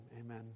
Amen